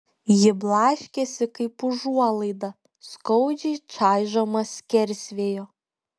ji blaškėsi kaip užuolaida skaudžiai čaižoma skersvėjo